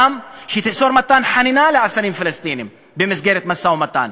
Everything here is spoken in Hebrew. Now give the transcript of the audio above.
מתן חנינה לאסירים פלסטינים במסגרת משא-ומתן.